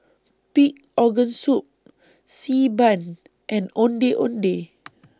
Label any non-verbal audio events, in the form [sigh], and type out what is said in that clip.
Pig Organ Soup Xi Ban and Ondeh Ondeh [noise]